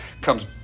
comes